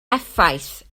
effaith